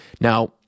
Now